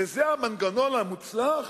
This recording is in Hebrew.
וזה המנגנון המוצלח